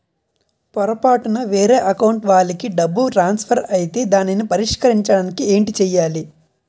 పొరపాటున వేరే అకౌంట్ వాలికి డబ్బు ట్రాన్సఫర్ ఐతే దానిని పరిష్కరించడానికి ఏంటి చేయాలి?